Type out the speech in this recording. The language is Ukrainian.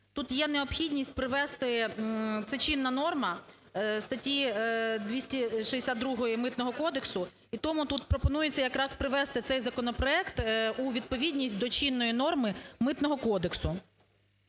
Тут є необхідність привести, це чинна норма статті 262 Митного кодексу і тому тут пропонується якраз привести цей законопроект у відповідність до чинної норми Митного кодексу.